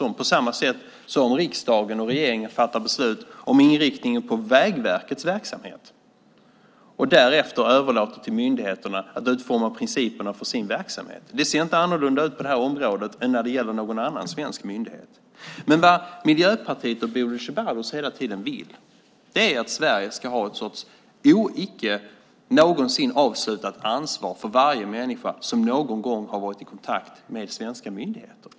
Det är på samma sätt som när riksdagen och regeringen fattar beslut om inriktningen på Vägverkets verksamhet och därefter överlåter till myndigheten att utforma principerna för sin verksamhet. Det ser inte annorlunda ut på det här området än när det gäller någon annan svensk myndighet. Vad Miljöpartiet och Bodil Ceballos hela tiden vill är att Sverige ska ha en sorts aldrig någonsin avslutat ansvar för varje människa som någon gång har varit i kontakt med svenska myndigheter.